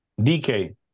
DK